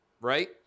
right